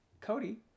Cody